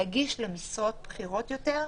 להגיש למשרות בכירות יותר,